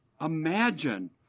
imagine